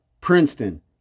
Princeton